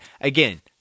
again